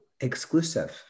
exclusive